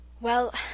Well